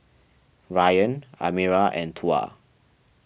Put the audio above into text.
Ryan Amirah and Tuah